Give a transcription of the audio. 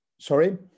Sorry